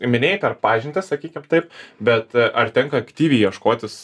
minėjai per pažintis sakykim taip bet ar tenka aktyviai ieškotis